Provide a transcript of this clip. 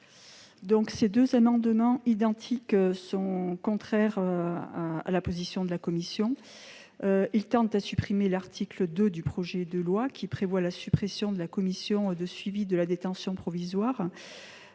Ces deux amendements identiques sont contraires à la position de la commission spéciale. Ils tendent à supprimer l'article 2 du projet de loi, qui supprime la Commission de suivi de la détention provisoire.